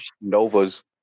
Novas